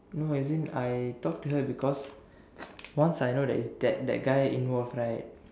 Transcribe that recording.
no as in I talk to her because once I know that it's like that that guy involve right